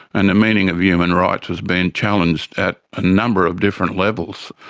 and the meaning of human rights was being challenged at a number of different levels.